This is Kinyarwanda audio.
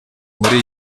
muri